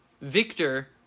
Victor